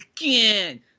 again